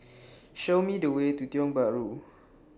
Show Me The Way to Tiong Bahru